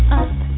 up